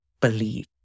believe